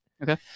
Okay